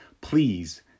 please